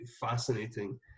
fascinating